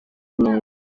neza